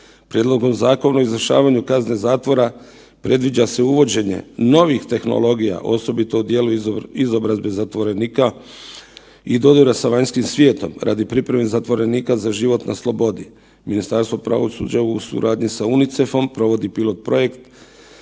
Prijedlogom Zakona o izvršavanju kazne zatvora predviđa se uvođenje novih tehnologija osobito u dijelu izobrazbe zatvorenika i dodira sa vanjskim svijetom radi pripreme zatvorenika za život na slobodi. Ministarstvo pravosuđa u suradnji sa UNICEF-om provodi pilot projekt